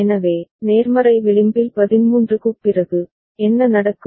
எனவே நேர்மறை விளிம்பில் 13 க்குப் பிறகு என்ன நடக்கும்